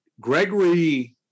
Gregory